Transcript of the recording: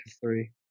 Three